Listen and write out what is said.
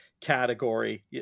category